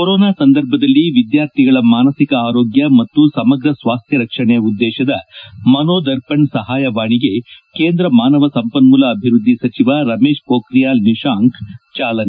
corona ಸಂದರ್ಭದಲ್ಲಿ ವಿದ್ಯಾರ್ಥಿಗಳ ಮಾನಸಿಕ ಆರೋಗ್ಯ ಮತ್ತು ಸಮಗ್ರ ಸ್ವಾಸ್ಯ ರಕ್ಷಣೆ ಉದ್ದೇಶದ ಮನೋದರ್ಪಣ್ ಸಹಾಯವಾಣಿಗೆ ಕೇಂದ್ರ ಮಾನವ ಸಂಪನ್ನೂಲ ಅಭಿವೃದ್ದಿ ಸಚಿವ ರಮೇಶ್ ಪೋಕ್ರಿಯಾಲ್ ನಿಶಾಂಕ್ ಚಾಲನೆ